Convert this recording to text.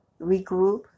Regroup